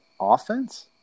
offense